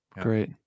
great